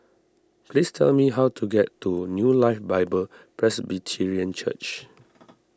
please tell me how to get to New Life Bible Presbyterian Church